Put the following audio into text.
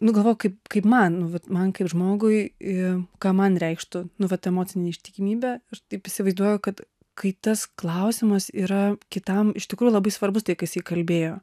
nu galvok kaip kaip man man kaip žmogui ir ką man reikštų nu vat emocinė neištikimybė aš taip įsivaizduoju kad kai tas klausimas yra kitam iš tikrųjų labai svarbus tai ką jisai įkalbėjo